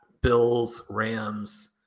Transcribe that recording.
Bills-Rams